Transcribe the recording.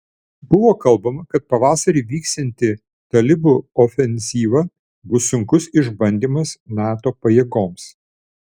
buvo kalbama kad pavasarį vyksianti talibų ofenzyva bus sunkus išbandymas nato pajėgoms